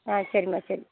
ஆ சரிம்மா சரி